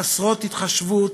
חסרות התחשבות.